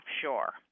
offshore